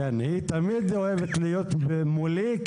כן, היא תמיד אוהבת להיות מולי.